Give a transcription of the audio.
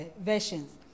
versions